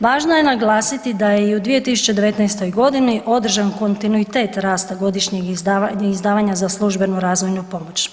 Važno je naglasiti da je i u 2019. godini održan kontinuitet rasta godišnjeg izdavanja za službenu razvojnu pomoć.